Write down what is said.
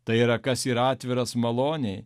tai yra kas yra atviras malonei